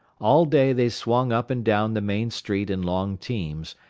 all day they swung up and down the main street in long teams,